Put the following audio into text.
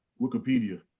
wikipedia